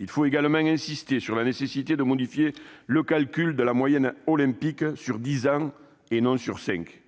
Il faut également insister sur la nécessité de modifier le calcul de la moyenne olympique, sur dix ans et non cinq